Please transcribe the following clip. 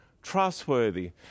trustworthy